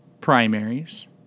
primaries